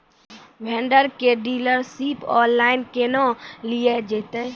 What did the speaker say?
Vendor केर dealership online केहनो लियल जेतै?